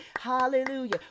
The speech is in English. Hallelujah